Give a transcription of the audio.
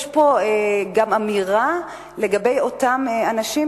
יש פה גם אמירה לגבי אותם אנשים,